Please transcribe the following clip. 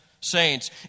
saints